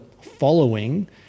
following